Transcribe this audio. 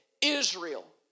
Israel